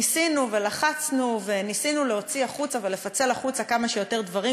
ניסינו ולחצנו וניסינו להוציא החוצה ולפצל החוצה כמה שיותר דברים,